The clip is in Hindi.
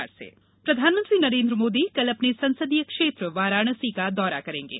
प्रधानमंत्री वाराणसी प्रधानमंत्री नरेन्द्र मोदी कल अपने संसदीय क्षेत्र वाराणसी का दौरा करेंगे